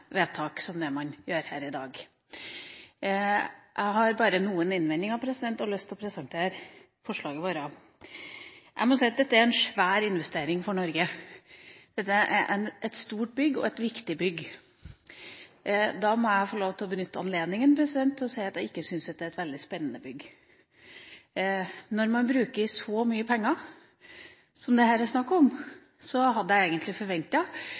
vedtak som det man gjør her i dag. Jeg har bare noen innvendinger, og har lyst til å presentere forslagene våre. Dette er en svær investering for Norge. Dette er et stort bygg og et viktig bygg. Jeg må få benytte anledningen til å si at jeg ikke syns det er et veldig spennende bygg. Når man bruker så mye penger som det her er snakk om, hadde jeg egentlig